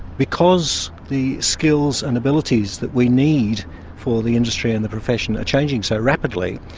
because the skills and abilities that we need for the industry and the profession are changing so rapidly,